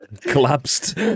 Collapsed